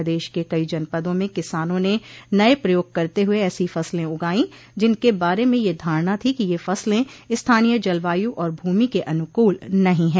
प्रदेश के कई जनपदों में किसानों ने नये प्रयोग करते हुए ऐसी फसले उगाई जिनके बारे में यह धारणा थी कि यह फसलें स्थानीय जलवाय और भूमि के अनुकूल नहीं है